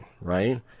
right